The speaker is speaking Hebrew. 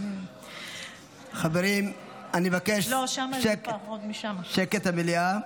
חברים, אני מבקש שקט במליאה.